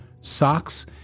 socks